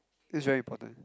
it's very important